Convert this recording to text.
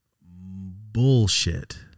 bullshit